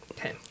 Okay